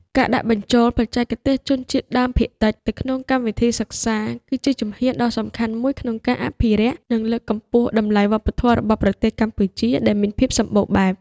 ការដាក់បញ្ចូលបច្ចេកទេសជនជាតិដើមភាគតិចទៅក្នុងកម្មវិធីសិក្សា គឺជាជំហានដ៏សំខាន់មួយក្នុងការអភិរក្ស និងលើកកម្ពស់តម្លៃវប្បធម៌របស់ប្រទេសកម្ពុជាដែលមានភាពសម្បូរបែប។